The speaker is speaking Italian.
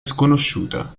sconosciuta